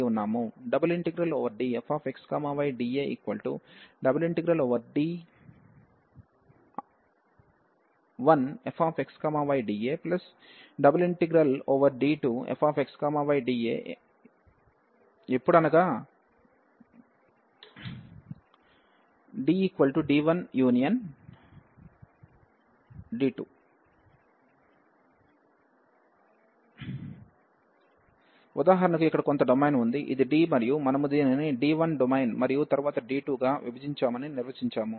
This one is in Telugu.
∬DfxydA∬D1fxydA∬D2fxydAఎప్పుడనగా DD1D2 ఉదాహరణకు ఇక్కడ కొంత డొమైన్ ఉంది ఇది D మరియు మనము దీనిని D1 డొమైన్ మరియు తరువాత D2 గా విభజించామని నిర్వచించాము